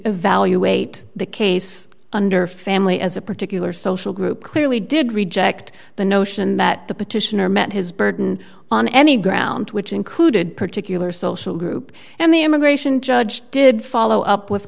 evaluate the case under family as a particular social group clearly did reject the notion that the petitioner met his burden on any ground which included particular social group and the immigration judge did follow up with